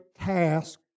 task